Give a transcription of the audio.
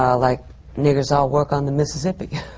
like niggers all work on the mississippi.